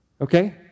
okay